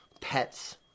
pets